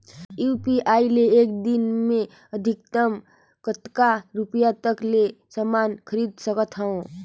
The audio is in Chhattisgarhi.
यू.पी.आई ले एक दिन म अधिकतम कतका रुपिया तक ले समान खरीद सकत हवं?